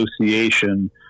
association